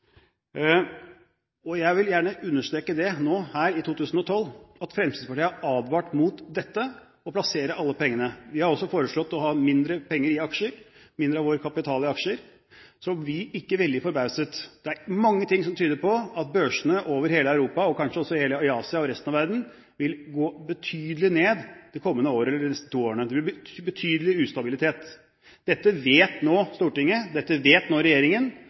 plassert. Jeg vil gjerne understreke det her og nå, i 2012, at Fremskrittspartiet har advart mot å plassere alle pengene. Vi har også foreslått å ha mindre penger i aksjer, mindre av vår kapital i aksjer. Så bli ikke veldig forbauset, for det er mange ting som tyder på at børsene over hele Europa, og kanskje også i Asia og i resten av verden, vil gå betydelig ned det kommende året eller de neste to årene. Det vil bli betydelig ustabilitet. Dette vet nå Stortinget. Dette vet nå regjeringen.